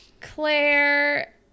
Claire